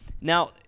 Now